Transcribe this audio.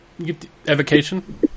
evocation